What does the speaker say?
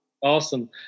Awesome